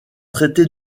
traité